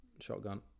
shotgun